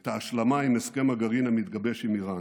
את ההשלמה עם הסכם הגרעין המתגבש עם איראן,